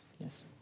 Yes